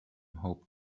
hoped